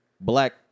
black